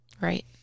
Right